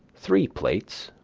three plates,